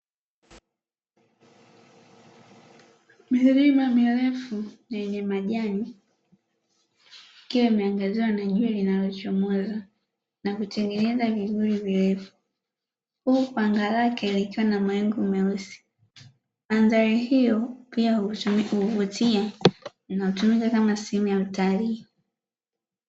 Milima mirefu yenye majani, ikiwa inaangaziwa na jua linalochomoza na kutengeneza vivuli virefu, huku anga lake likiwa na mawingu meusi. Mandhari hiyo pia huvutia na inatumika kama sehemu ya Utalii.